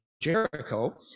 Jericho